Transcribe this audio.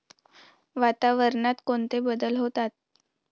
वातावरणात कोणते बदल होतात?